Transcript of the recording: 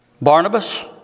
Barnabas